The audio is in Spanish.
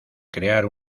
crear